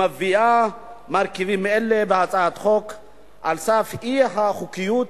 המביאה מרכיבים אלה בהצעת החוק על סף האי-חוקתיות,